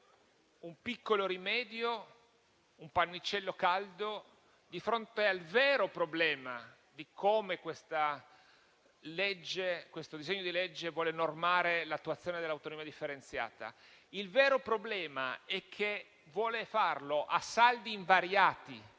un piccolo rimedio, un pannicello caldo di fronte al vero problema di come questo disegno di legge vuole normale l'attuazione dell'autonomia differenziata. Il vero problema è che vuole farlo a saldi invariati